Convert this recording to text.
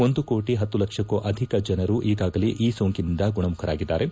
ಒಂದು ಕೋಟಿ ಹತ್ತು ಲಕ್ಷಕ್ಕೂ ಅಧಿಕ ಜನರು ಈಗಾಗಲೇ ಈ ಸೋಂಕಿನಿಂದ ಗುಣಮುಖರಾಗಿದ್ದಾರೆ